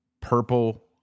purple